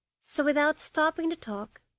so, without stopping to talk,